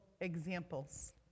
examples